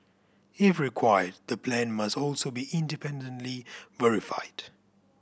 if required the plan must also be independently verified